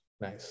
Nice